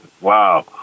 wow